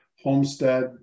homestead